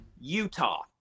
Utah